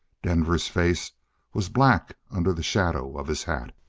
denver's face was black under the shadow of his hat.